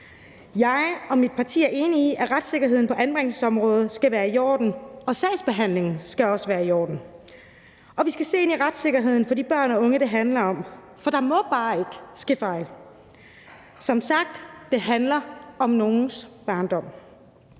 Jeg og mit parti er enige i, at retssikkerheden på anbringelsesområdet skal være i orden, og sagsbehandlingen skal også være i orden. Og vi skal se ind i retssikkerheden for de børn og unge, det handler om, for der må bare ikke ske fejl. Som sagt handler det om nogens barndom.